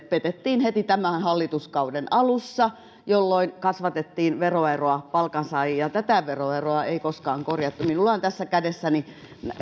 petettiin heti hallituskauden alussa jolloin kasvatettiin veroeroa palkansaajiin tätä veroeroa ei koskaan korjattu minulla on tässä kädessäni